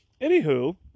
Anywho